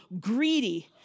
greedy